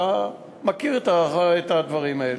אתה מכיר את הדברים האלה.